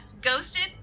Ghosted